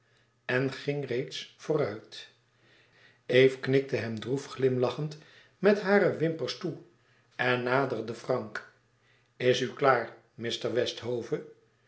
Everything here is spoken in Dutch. en ging reeds vooruit eve knikte hem droef glimlachend met hare wimpers toe en naderde frank is u klaar